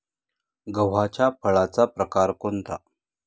गव्हाच्या फळाचा प्रकार कोणता?